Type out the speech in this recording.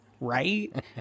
right